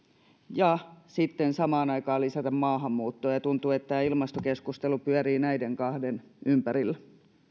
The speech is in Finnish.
ja sitten samaan aikaan lisätään maahanmuuttoa ja tuntuu että tämä ilmastokeskustelu pyörii näiden kahden ympärillä